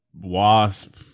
wasp